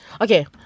Okay